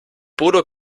bodo